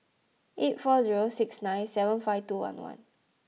eight four zero six nine seven five two one one